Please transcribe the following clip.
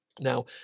Now